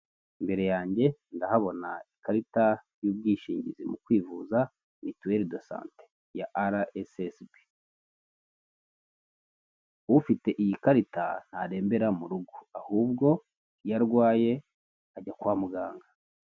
Imbere yanjye ndahabona ikarita y'ubwishingizi mu kwivuza mituwele desante ya araesesibi, ufite iyi karita ntarembera mu rugo ahubwo iyo arwaye ajya kwa muganga.